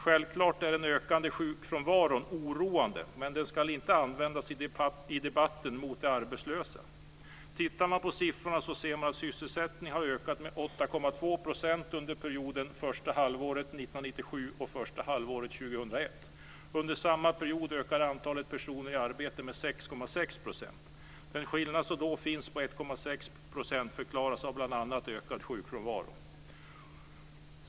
Självklart är den ökande sjukfrånvaron oroande, men den ska inte användas i debatten mot de arbetslösa. Tittar man på siffrorna ser man att sysselsättningen har ökat med 8,2 % under perioden första halvåret 1997 till första halvåret 2001. Under samma period ökade antalet personer i arbete med 6,6 %. Skillnaden på 1,6 % förklaras av bl.a. ökad sjukfrånvaro.